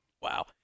wow